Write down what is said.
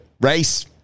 race